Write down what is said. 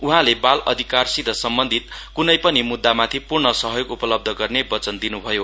उहाँले बाल अधिकारसित सम्बन्धित क्नै पनि मुद्दामाथि पूर्ण सहयोग उपलब्ध गर्ने वचन दिन्भयो